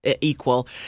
equal